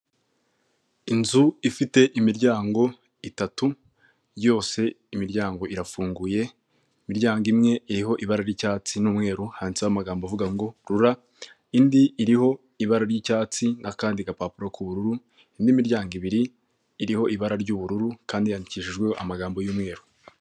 Inzu ifite imiryango itatu yose imiryango irafunguye, imiryango imwe iriho ibara ry'icyatsi n'umweru handitseho amagambo avuga ngo RURA indi iriho ibara ry'icyatsi n'akandi gapapuro k'ubururu, indi miryango ibiri iriho ibara ry'ubururu kandi yandikishijwe amagambo y'umweru.